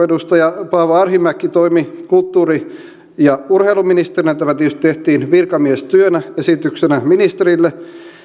edustaja paavo arhinmäki toimi kulttuuri ja urheiluministerinä tämä tietysti tehtiin virkamiestyönä esityksenä ministerille